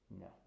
no